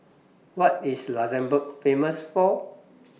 What IS Luxembourg Famous For